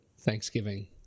Thanksgiving